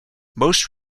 most